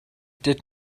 did